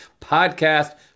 podcast